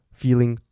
feeling